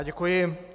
Děkuji.